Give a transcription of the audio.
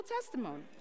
testimony